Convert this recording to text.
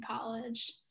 college